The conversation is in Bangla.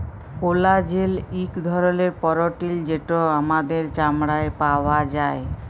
কোলাজেল ইক ধরলের পরটিল যেট আমাদের চামড়ায় পাউয়া যায়